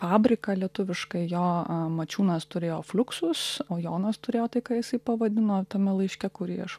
fabriką lietuviškai jo a mačiūnas turėjo fluxus o jonas turėjo tai ką jisai pavadino tame laiške kurį aš